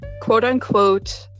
quote-unquote